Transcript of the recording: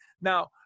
now